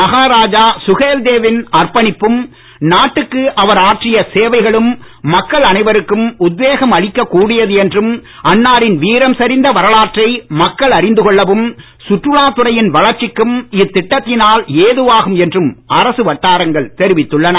மகாராஜா சுஹேல்தேவ் ன் அர்ப்பணிப்பும் நாட்டுக்கு அவர் ஆற்றிய சேவைகளும் மக்கள் அனைவருக்கும் உத்வேகம் அளிக்க கூடியது என்றும் அன்னாரின் வீரம் செறிந்த வரலாற்றை மக்கள் அறிந்து கொள்ளவும் சுற்றுலாத் துறையின் வளர்ச்சிக்கும் இத்திட்டத்தினால் ஏதுவாகும் என்றும் அரசு வட்டாரங்கள் தெரிவித்துள்ளன